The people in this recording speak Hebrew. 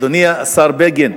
אדוני השר בגין,